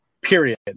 Period